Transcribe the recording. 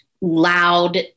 loud